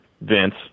Vince